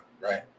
right